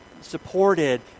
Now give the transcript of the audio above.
supported